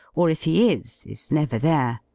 or if he is, is never there.